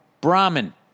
Brahmin